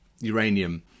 uranium